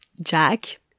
Jack